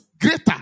Greater